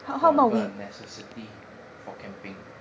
forever a necessity for camping